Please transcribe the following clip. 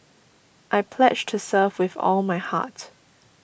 I pledge to serve with all my heart